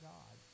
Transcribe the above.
God